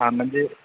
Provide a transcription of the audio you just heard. हां म्हणजे